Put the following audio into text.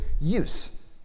use